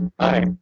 Hi